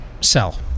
Sell